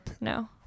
No